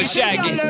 Shaggy